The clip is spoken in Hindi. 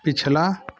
पिछला